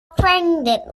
pregnant